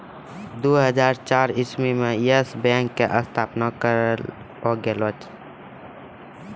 दु हजार चार इस्वी मे यस बैंक के स्थापना करलो गेलै